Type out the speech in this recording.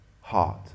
heart